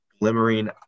glimmering